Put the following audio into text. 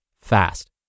fast